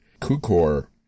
Kukor